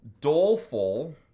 doleful